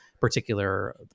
particular